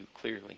clearly